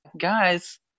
guys